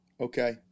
Okay